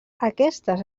aquestes